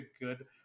good